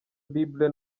bible